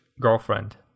Girlfriend